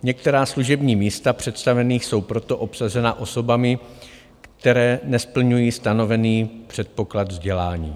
Některá služební místa představených jsou proto obsazena osobami, které nesplňují stanovený předpoklad vzdělání.